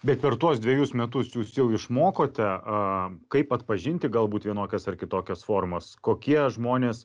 bet per tuos dvejus metus jūs jau išmokote a kaip atpažinti galbūt vienokias ar kitokias formas kokie žmonės